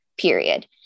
period